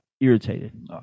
irritated